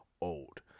old